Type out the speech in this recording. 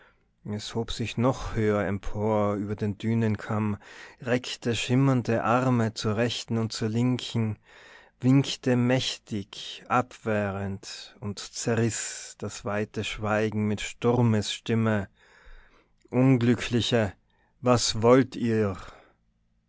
es hob sich noch höher empor über den dünenkamm reckte schimmernde arme zur rechten und zur linken winkte mächtig abwehrend und zerriß das weite schweigen mit sturmesstimme unglückliche was wollt ihr